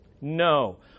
No